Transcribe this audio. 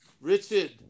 Richard